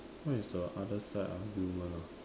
what is the other side arm human ah